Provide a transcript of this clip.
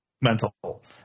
mental